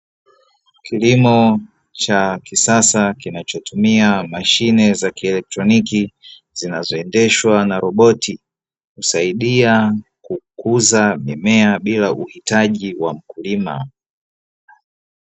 Kilimo cha kisasa kinachotumia mashine za kieletroniki, zinazoendeshwa na roboti husaidia kukuza mimea bila uhitaji wa mkulima.